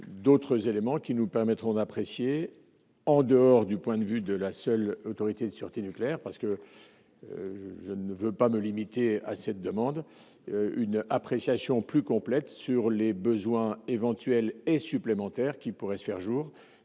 d'autres éléments qui nous permettront d'apprécier en dehors du point de vue de la seule autorité de sûreté nucléaire parce que je ne veux pas me limiter à cette demande une appréciation plus complètes sur les besoins éventuels et supplémentaire qui pourrait se faire jour,